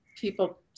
people